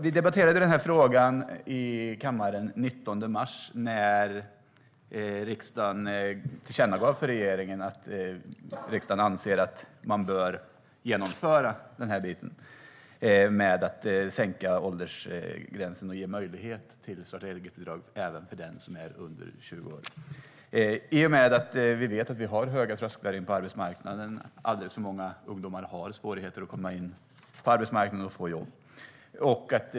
Vi debatterade den här frågan i kammaren den 19 mars när riksdagen tillkännagav för regeringen att den anser att man bör sänka åldersgränsen och ge möjlighet till starta-eget-bidrag även för den som är under 20 år. Vi vet att vi har höga trösklar in på arbetsmarknaden och att alldeles för många ungdomar har svårigheter att komma in på arbetsmarknaden och få jobb.